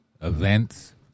events